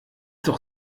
doch